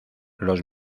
los